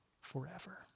forever